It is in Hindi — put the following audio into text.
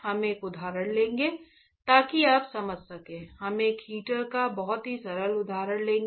हम एक उदाहरण लेंगे ताकि आप समझ सकें हम एक हीटर का बहुत ही सरल उदाहरण लेंगे